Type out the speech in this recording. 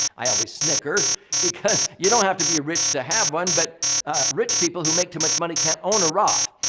i always snicker because you don't have to be rich to have one. but rich people who make too much money can't own a roth.